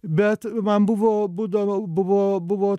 bet man buvo būdavo buvo buvo